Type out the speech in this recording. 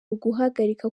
uguhagarika